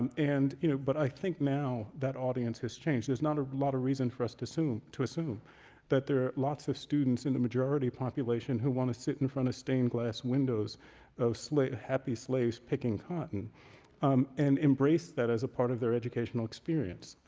and and you know but i think now that audience has changed. there's not a lot of reason for us to assume to assume that there are lots of students in the majority population who want to sit in front of stained glass windows of happy slaves picking cotton um and embrace that as a part of their educational experience.